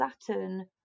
Saturn